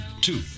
two